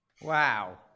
Wow